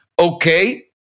okay